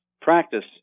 practice